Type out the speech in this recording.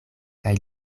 kaj